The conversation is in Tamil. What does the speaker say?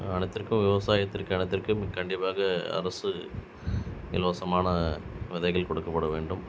அனைத்திற்கும் விவசாயத்திற்கு அனைத்திற்கும் கண்டிப்பாக அரசு இலவசமான வகையில் கொடுக்கப்பட வேண்டும்